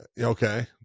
Okay